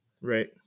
right